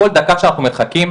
כל דקה שאנחנו מחכים,